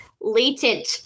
latent